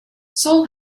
seoul